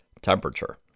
temperature